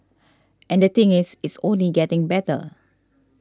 and the thing is it's only getting better